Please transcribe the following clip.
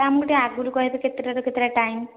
ଆମକୁ ଟିକେ ଆଗରୁ କହିବେ କେତେଟାରୁ କେତେଟା ଟାଇମ୍